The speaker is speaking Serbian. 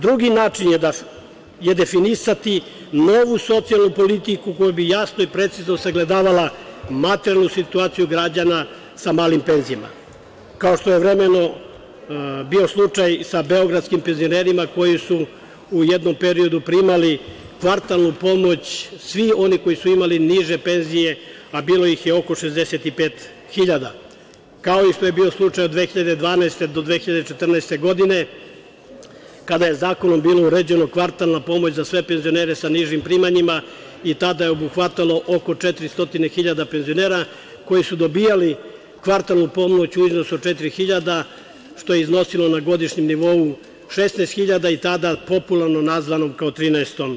Drugi način je definisati novu socijalnu politiku, koja bi jasno i precizno sagledavala materijalnu situaciju građana sa malim penzijama, kao što je bio slučaj sa beogradskim penzionerima koji su u jednom periodu primali kvartalnu pomoć, svi oni koji su imali niže penzije, a bilo ih je oko 65 hiljada, kao što je bio slučaj i 2012. do 2014. godine kada je zakonom bilo uređena kvartalna pomoć za sve penzionere sa nižim primanjima i tada je obuhvatalo oko 400 hiljada penzionera koji su dobijali kvartalnu pomoć u iznosu od četiri hiljade, što je iznosilo na godišnjem nivou 16 hiljada, i tada popularno nazvanom kao trinaestom penzijom.